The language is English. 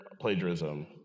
plagiarism